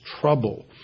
trouble